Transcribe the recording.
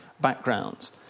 backgrounds